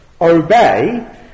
obey